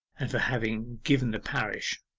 and for having given the parish,